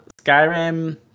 Skyrim